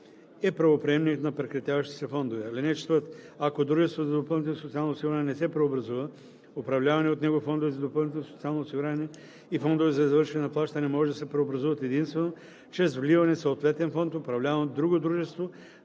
е правоприемник на прекратяващите се фондове. (4) Ако дружеството за допълнително социално осигуряване не се преобразува, управлявани от него фондове за допълнително социално осигуряване и фондове за извършване на плащания може да се преобразуват единствено чрез вливане в съответен фонд, управляван от друго дружество